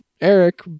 Eric